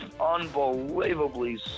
unbelievably